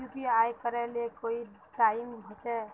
UPI करे ले कोई टाइम होचे?